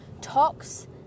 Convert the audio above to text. tox